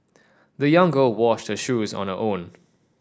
the young girl washed her shoes on her own